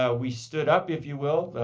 ah we stood up, if you will,